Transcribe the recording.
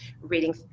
reading